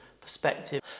Perspective